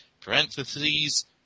Parentheses